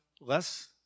less